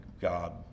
God